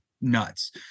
nuts